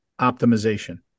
optimization